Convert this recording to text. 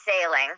sailing